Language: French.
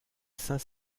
saint